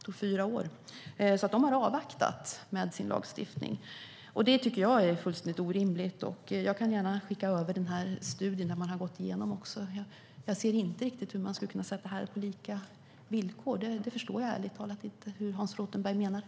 De har därför avvaktat med sin lagstiftning, vilket jag tycker är fullständigt orimligt. Jag skickar gärna över den studie där man har gått igenom detta till Hans Rothenberg. Jag ser inte hur man kan säga att det är på lika villkor. Jag förstår ärligt talat inte hur Hans Rothenberg kan mena det.